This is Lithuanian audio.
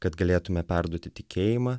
kad galėtume perduoti tikėjimą